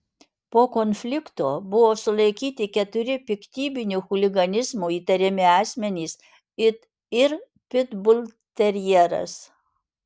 po konflikto buvo sulaikyti keturi piktybiniu chuliganizmu įtariami asmenys ir pitbulterjeras